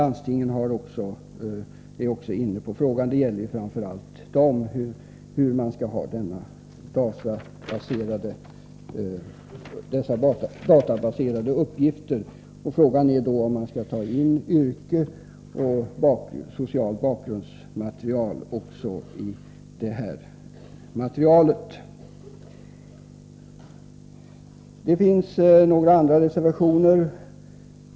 Landstingen arbetar också med saken — det gäller ju framför allt dem. Frågan är om man skall ta in också yrke och socialt bakgrundsmaterial i dessa databaser.